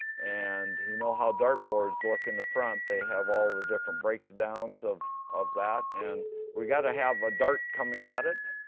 and you know how dartboards look in the front. they have all the different break-downs of of that. and we gotta have a dart coming at it.